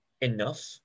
enough